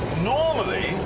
normally,